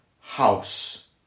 house